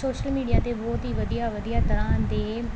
social media 'ਤੇ ਬਹੁਤ ਹੀ ਵਧੀਆ ਵਧੀਆ ਤਰ੍ਹਾਂ ਦੇ